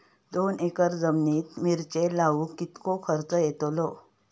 दोन एकर जमिनीत मिरचे लाऊक कितको खर्च यातलो?